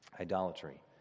idolatry